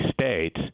states